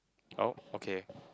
oh okay